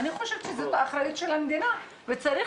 אני חושבת שזאת אחריות של המדינה וצריך